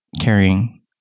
carrying